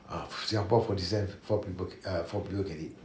ah singapore forty cent four people err four people can eat